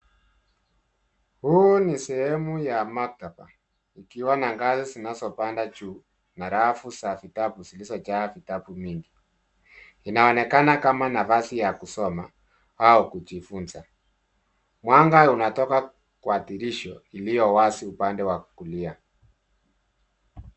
Hii ni sehemu ya maktaba. Ukiona ngazi zinazopanda juu na rafu za vitabu zilizojaa vitabu mingi. Inaonekana kama nafasi ya kusoma au kujifunza. Mwanga unatoka kwa dirisha iliyowazi upande wa kulia.